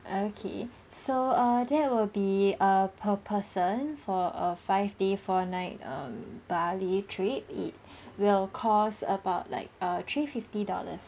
okay so err that will be a per person for a five day four night um bali trip it will cost about like err three fifty dollars